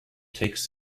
takes